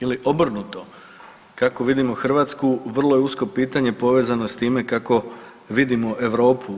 Ili obrnuto kako vidimo Hrvatsku vrlo je usko pitanje povezano s time kako vidimo Europu.